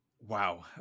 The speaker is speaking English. Wow